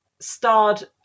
starred